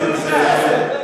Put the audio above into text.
180 יהודים,